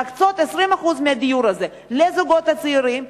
להקצות 20% מהדיור הזה לזוגות הצעירים,